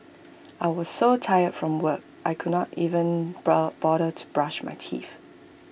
I was so tired from work I could not even bother to brush my teeth